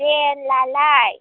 दे होनब्लालाय